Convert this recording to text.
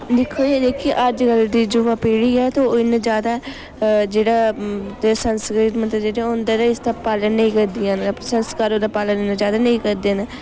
दिक्खो जेह्ड़ा कि अज्जकल दी युवा पीढ़ी ऐ ते ओह् इन्ना ज्यादा जेह्ड़ा संस्कृत मतलब जेह्ड़ा होंदा ऐ ते इसदा पालन नेईं करदियां न संस्कारें दा पालन इन्ना ज्यादे नेईं करदे हैन